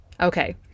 Okay